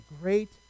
great